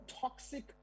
toxic